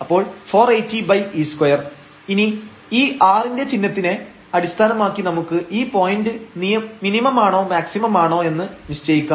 അപ്പോൾ 480e2 ഇനി ഈ r ന്റെ ചിഹ്നത്തിനെ അടിസ്ഥാനമാക്കി നമുക്ക് ഈ പോയന്റ് മിനിമം ആണോ മാക്സിമം ആണോ എന്ന് നിശ്ചയിക്കാം